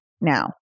now